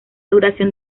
duración